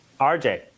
RJ